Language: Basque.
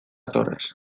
torres